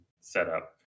setup